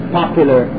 popular